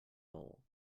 bowl